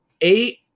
eight